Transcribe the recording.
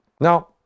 Now